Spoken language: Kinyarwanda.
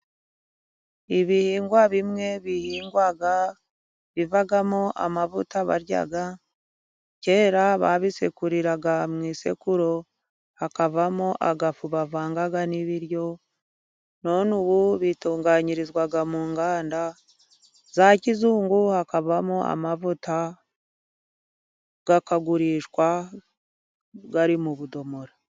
Ibihingwa bimwe bihingwa bivamo amavuta barya, kera babisekuriraga mu isekuru hakavamo agafu bavanga n'ibiryo, none ubu bitunganyirizwa mu nganda za kizungu hakavamo amavuta akagurishwa ari mu budomoro.